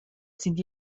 sind